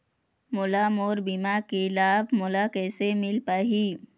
मोला मोर बीमा के लाभ मोला किसे मिल पाही?